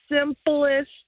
simplest